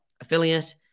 affiliate